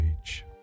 age